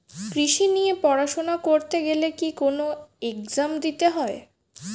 কৃষি নিয়ে পড়াশোনা করতে গেলে কি কোন এগজাম দিতে হয়?